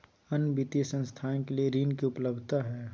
अन्य वित्तीय संस्थाएं के लिए ऋण की उपलब्धता है?